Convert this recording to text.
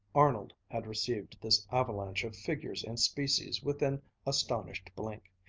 arnold had received this avalanche of figures and species with an astonished blink,